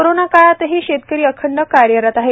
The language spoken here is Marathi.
कोरोना काळातही शेतकरी अखंड कार्यरत आहे